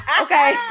okay